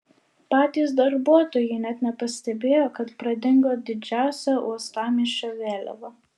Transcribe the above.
patys darbuotojai net nepastebėjo kad pradingo didžiausia uostamiesčio vėliava